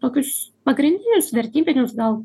tokius pagrindinius vertybinius gal